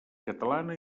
catalana